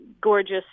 gorgeous